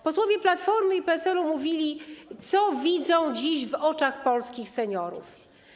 Posłowie Platformy i PSL-u mówili, co widzą dziś w oczach polskich seniorów.